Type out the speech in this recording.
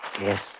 Yes